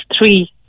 three